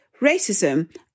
racism